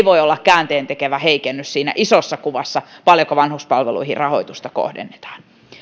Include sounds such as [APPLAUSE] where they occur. [UNINTELLIGIBLE] voi olla käänteentekevä heikennys siinä isossa kuvassa paljonko vanhuspalveluihin rahoitusta kohdennetaan